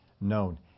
known